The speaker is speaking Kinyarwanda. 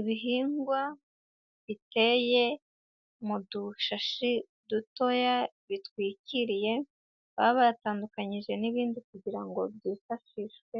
Ibihingwa biteye mu dushashi dutoya bitwikiriye, baba batandukanyije n'ibindi kugira ngo byifashishwe